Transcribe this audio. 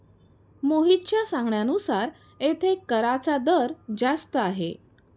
मोहितच्या सांगण्यानुसार येथे कराचा दर जास्त आहे